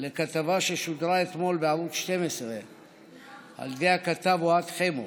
לכתבה ששודרה אתמול בערוץ 12 על ידי הכתב אוהד חמו.